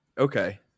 Okay